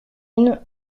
une